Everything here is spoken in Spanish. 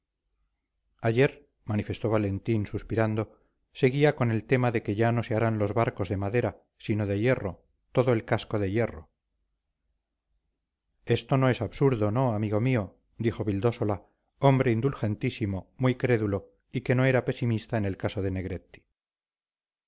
ayer manifestó valentín suspirando seguía con el tema de que ya no se harán los barcos de madera sino de hierro todo el casco de hierro esto no es absurdo no amigo mío dijo vildósola hombre indulgentísimo muy crédulo y que no era pesimista en el caso de negretti